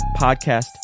podcast